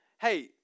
hey